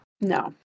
No